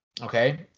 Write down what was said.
Okay